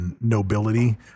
nobility